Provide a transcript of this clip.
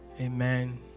amen